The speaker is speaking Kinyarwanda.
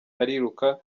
ariruka